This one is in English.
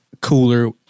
cooler